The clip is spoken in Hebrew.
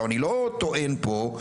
אני לא טוען פה,